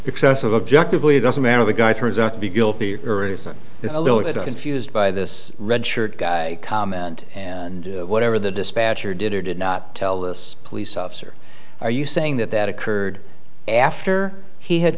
excessive objectively doesn't matter the guy turns out to be guilty or innocent confused by this red shirt guy comment and whatever the dispatcher did or did not tell this police officer are you saying that that occurred after he had